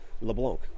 LeBlanc